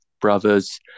brothers